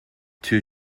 two